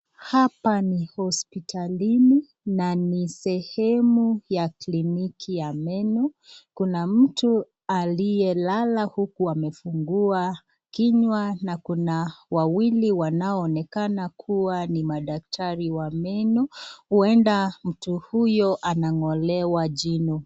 Hapa ni hospitalini na ni sehemu ya kliniki ya meno. Kuna mtu aliyelala uku amefungua kinywa na kuna wawili wanaonekana kuwa ni madaktari wa meno. Ueda mtu huyo anang'olewa jino.